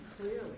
clearly